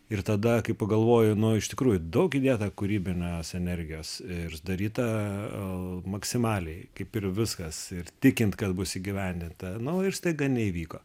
ir tada kai pagalvoji nu iš tikrųjų daug įdėta kūrybinės energijos ir daryta a maksimaliai kaip ir viskas ir tikint kad bus įgyvendinta na ir staiga neįvyko